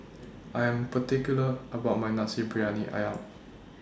I Am particular about My Nasi Briyani Ayam